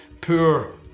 poor